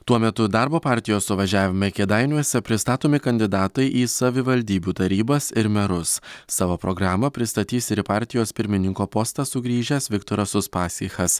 tuo metu darbo partijos suvažiavime kėdainiuose pristatomi kandidatai į savivaldybių tarybas ir merus savo programą pristatys ir į partijos pirmininko postą sugrįžęs viktoras uspaskichas